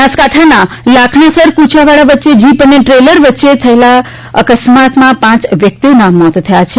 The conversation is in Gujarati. બનાસકાંઠાના લાખણાસર કુચાવાડા વચ્ચે જીપ અને ટ્રેલર વચ્ચે અકસ્માત થતા પાંચ વ્યક્તિઓના મોત થયા છે